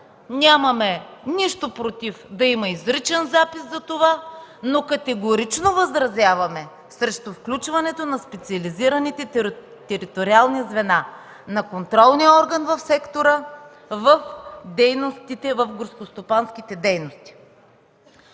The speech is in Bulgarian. нямаме нищо против да има изричен запис, но категорично възразяваме срещу включването на специализираните териториални звена на контролния орган в сектора в горскостопанските дейности.